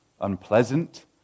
unpleasant